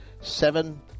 seven